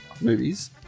movies